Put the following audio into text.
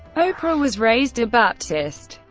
oprah was raised a baptist.